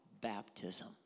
baptism